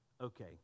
okay